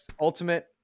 Ultimate